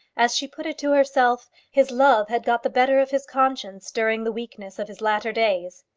as she put it to herself, his love had got the better of his conscience during the weakness of his latter days.